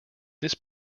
this